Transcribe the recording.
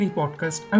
podcast